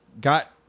Got